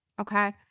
okay